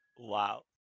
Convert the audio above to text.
Wow